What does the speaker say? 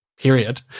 Period